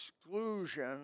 exclusion